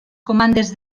comandes